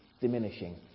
diminishing